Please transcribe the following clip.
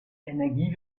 energie